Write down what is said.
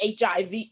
HIV